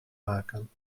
maken